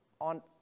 on